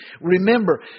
remember